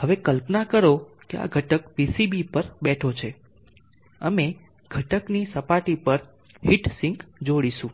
હવે કલ્પના કરો કે આ ઘટક PCB પર બેઠો છે અમે ઘટકની સપાટી પર હીટ સિંક જોડીશું